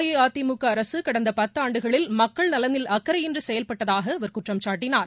அஇஅதிமுக அரசு கடந்த பத்து ஆண்டுகளில் மக்கள் நலனில் அக்கறையின்றி செயல்பட்டதாக அவர் குற்றம்சாட்டிகார்